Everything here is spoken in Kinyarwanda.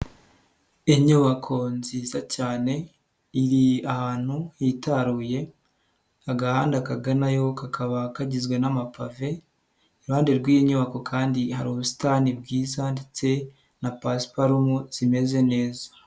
Inyubako nziza cyane, iri ahantu hitaruye, agahanda kaganayo kakaba kagizwe n'amapave, iruhande rw'iyi nyubako kandi hari ubusitani bwiza ndetse na pasiparumu zimeze neza.